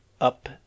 up